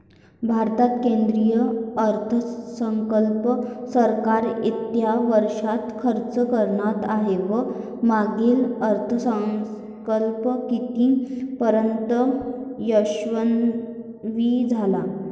भारतात केंद्रीय अर्थसंकल्प सरकार येत्या वर्षात खर्च करणार आहे व मागील अर्थसंकल्प कितीपर्तयंत यशस्वी झाला